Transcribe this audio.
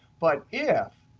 but if,